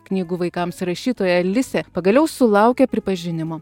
knygų vaikams rašytoja lisė pagaliau sulaukė pripažinimo